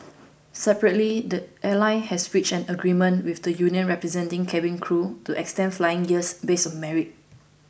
separately the airline has reached an agreement with the union representing cabin crew to extend flying years based on merit